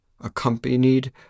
accompanied